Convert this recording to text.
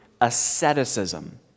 asceticism